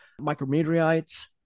micrometeorites